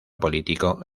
político